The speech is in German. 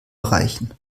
erreichen